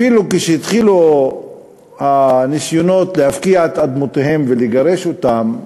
אפילו כשהתחילו הניסיונות להפקיע את אדמותיהם ולגרש אותם,